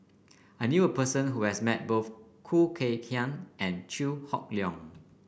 I knew a person who has met both Khoo Kay Hian and Chew Hock Leong